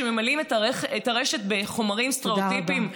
שממלאים את הרשת בחומרים סטריאוטיפיים?